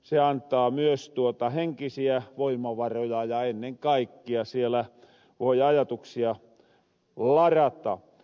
se antaa myös henkisiä voimavaroja ja ennen kaikkea sielä voi ajatuksia larata